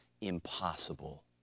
impossible